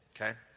okay